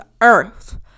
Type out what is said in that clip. earth